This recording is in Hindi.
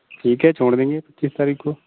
ठीक है छोड़ देंगे पच्चीस तारीख को